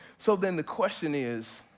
so then the question is,